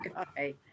okay